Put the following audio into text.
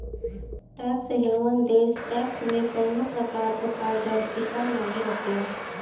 tax haven देश tax में कउनो प्रकार क पारदर्शिता नाहीं रखलन